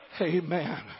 Amen